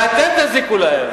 ואתם תזיקו להם.